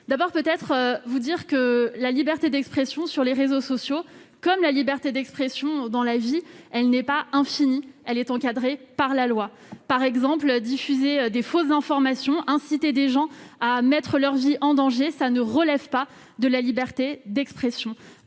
D'abord, je veux vous dire que la liberté d'expression sur les réseaux sociaux comme la liberté d'expression dans la vie n'est pas infinie ; elle est encadrée par la loi. Par exemple, diffuser de fausses informations ou inciter des gens à mettre leur vie en danger ne relève pas de la liberté d'expression.